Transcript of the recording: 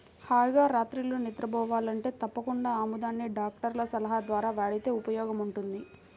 హాయిగా రాత్రిళ్ళు నిద్రబోవాలంటే తప్పకుండా ఆముదాన్ని డాక్టర్ల సలహా ద్వారా వాడితే ఉపయోగముంటది